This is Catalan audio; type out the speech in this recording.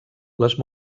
les